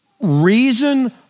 Reason